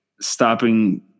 stopping